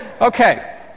Okay